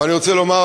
אבל אני רוצה לומר,